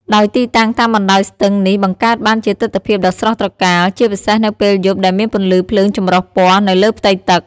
ដោយទីតាំងតាមបណ្តោយស្ទឹងនេះបង្កើតបានជាទិដ្ឋភាពដ៏ស្រស់ត្រកាល ជាពិសេសនៅពេលយប់ដែលមានពន្លឺភ្លើងចម្រុះពណ៌នៅលើផ្ទៃទឹក។